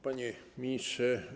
Panie Ministrze!